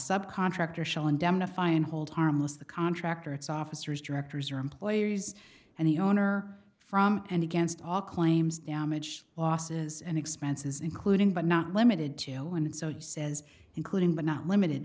subcontractor shall indemnify and hold harmless the contractor its officers directors or employees and the owner from and against all claims damage losses and expenses including but not limited to and so he says including but not limited